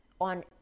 on